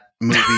movie